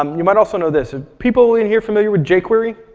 um you might also know this, are people in here familiar with jquery?